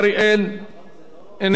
חבר הכנסת ישראל אייכלר,